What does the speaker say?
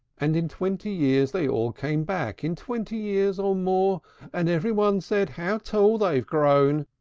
and in twenty years they all came back in twenty years or more and every one said, how tall they've grown!